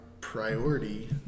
priority